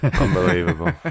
Unbelievable